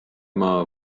maa